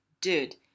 Dude